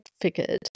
figured